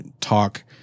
talk